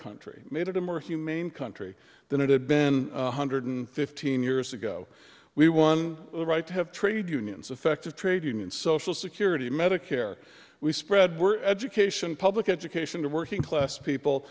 country made it a more humane country than it had been one hundred fifteen years ago we won the right to have trade unions effective trade union social security medicare we spread were education public education to working class people